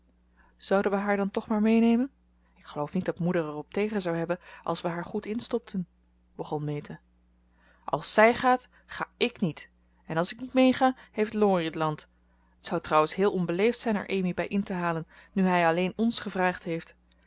zouden we haar dan toch maar meenemen ik geloof niet dat moeder er op tegen zou hebben als we haar goed instopten begon meta als zij gaat ga ik niet en als ik niet meega heeft laurie het land t zou trouwens heel onbeleefd zijn er amy bij in te halen nu hij alleen ons gevraagd heeft